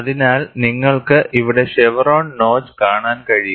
അതിനാൽ നിങ്ങൾക്ക് ഇവിടെ ഷെവ്റോൺ നോച്ച് കാണാൻ കഴിയും